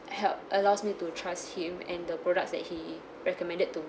help allows me to trust him and the products that he recommended to